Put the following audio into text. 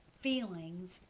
feelings